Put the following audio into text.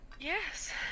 Yes